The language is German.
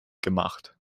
gemacht